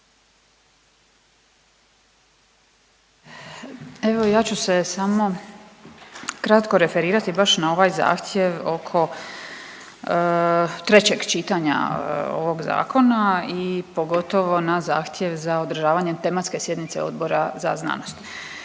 Evo ja ću se samo kratko referirati baš na ovaj zahtjev oko trećeg čitanja ovog zakona i pogotovo na zahtjev za održavanje tematske sjednice Odbora za znanost.